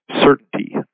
certainty